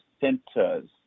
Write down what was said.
centers